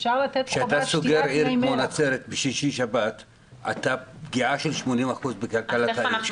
כשאתה סוגר עיר כמו נצרת בשישי-שבת פגיעה של 80% בכלכלת העיר.